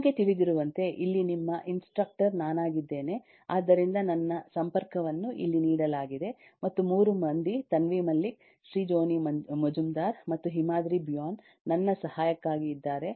ನಿಮಗೆ ತಿಳಿದಿರುವಂತೆ ಇಲ್ಲಿ ನಿಮ್ಮ ಇನ್ಸ್ಟ್ರಕ್ಟರ್ ನಾನಾಗಿದ್ದೇನೆ ಆದ್ದರಿಂದ ನನ್ನ ಸಂಪರ್ಕವನ್ನು ಇಲ್ಲಿ ನೀಡಲಾಗಿದೆ ಮತ್ತು 3 ಮಂದಿ ತನ್ವಿ ಮಲ್ಲಿಕ್ ಶ್ರೀಜೋನಿ ಮಜುಂದಾರ್ ಮತ್ತು ಹಿಮಾದ್ರಿ ಭುಯಾನ್ ನನ್ನ ಸಹಾಯಕ್ಕಾಗಿ ಇದ್ದಾರೆ